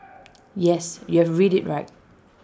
yes you've read IT right